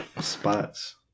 spots